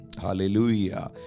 Hallelujah